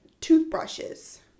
toothbrushes